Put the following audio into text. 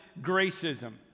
gracism